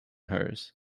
hers